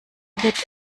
wird